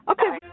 Okay